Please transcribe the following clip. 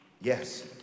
Yes